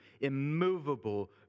immovable